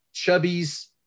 chubby's